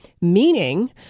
meaning